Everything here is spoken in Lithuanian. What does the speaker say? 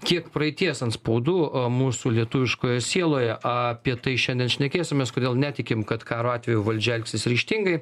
kiek praeities antspaudų mūsų lietuviškoje sieloje apie tai šiandien šnekėsimės kodėl netikim kad karo atveju valdžia elgsis ryžtingai